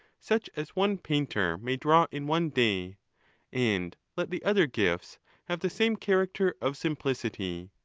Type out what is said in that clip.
such as one painter may draw in one day and let the other gifts have the same character of simplicity.